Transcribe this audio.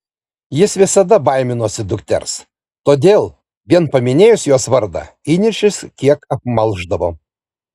jis visada baiminosi dukters todėl vien paminėjus jos vardą įniršis kiek apmalšdavo